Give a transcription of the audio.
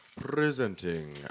Presenting